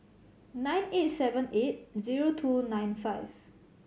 nine eight seven eight zero two nine five